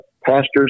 pastors